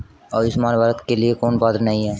आयुष्मान भारत के लिए कौन पात्र नहीं है?